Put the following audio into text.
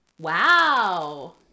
Wow